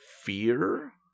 fear